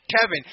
Kevin